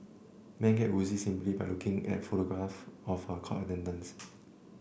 men get woozy simply by looking at photographs of her court attendance